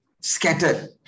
scattered